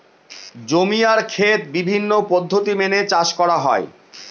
জমি আর খেত বিভিন্ন পদ্ধতি মেনে চাষ করা হয়